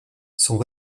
sont